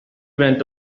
went